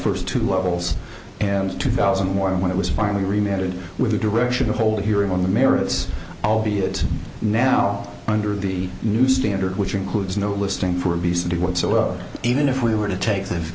first two levels and two thousand more when it was farming remaindered with the direction of hold a hearing on the merits albeit now under the new standard which includes no listing for obesity whatsoever even if we were to take the